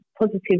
positive